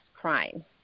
crime